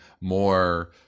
more